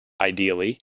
ideally